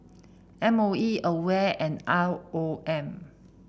M O E Aware and R O M